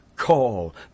Call